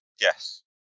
Yes